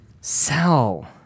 Sal